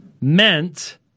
meant